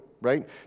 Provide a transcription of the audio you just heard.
right